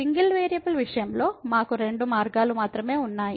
single variable విషయంలో మాకు రెండు మార్గాలు మాత్రమే ఉన్నాయి